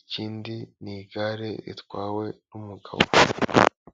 ikindi ni igare ritwawe n'umugabo.